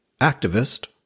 activist